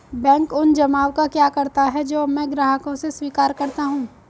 Bank उन जमाव का क्या करता है जो मैं ग्राहकों से स्वीकार करता हूँ?